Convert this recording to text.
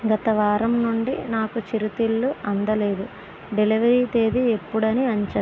గత వారం నుండి నాకు చిరుతిళ్ళు అందలేదు డెలివరీ తేదీ ఎప్పుడని అంచనా